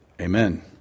amen